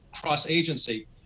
cross-agency